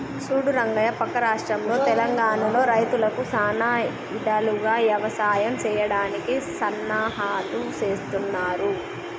సూడు రంగయ్య పక్క రాష్ట్రంలో తెలంగానలో రైతులకు సానా ఇధాలుగా యవసాయం సెయ్యడానికి సన్నాహాలు సేస్తున్నారు